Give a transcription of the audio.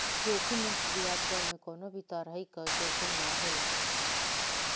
जोखिम मुक्त बियाज दर में कवनो भी तरही कअ जोखिम ना होला